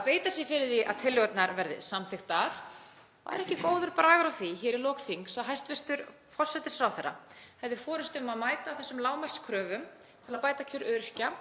að beita sér fyrir því að tillögurnar verði samþykktar? Væri ekki góður bragur á því í lok þings að hæstv. forsætisráðherra hefði forystu um að mæta þessum lágmarkskröfum til að bæta kjör öryrkja